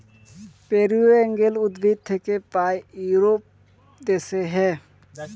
periwinkle উদ্ভিদ থাক্যে পায় ইউরোপ দ্যাশে হ্যয়